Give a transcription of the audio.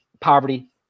poverty